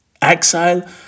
Exile